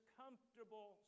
comfortable